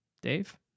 Dave